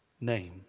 name